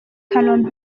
kanombe